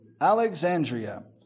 Alexandria